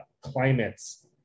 climates